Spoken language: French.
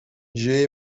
j’ai